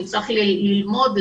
נצטרך ללמוד,